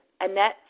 Annette